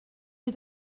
wir